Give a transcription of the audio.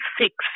six